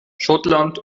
schottland